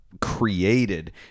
created